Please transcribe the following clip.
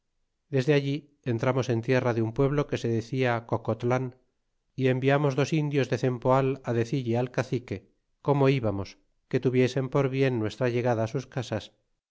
desde allí entramos en tierra de un pueblo que se decia cocotlan y enviamos dos indios de cempoal decille al cacique como íbamos que tuviesen por bien nuestra llegada sus casas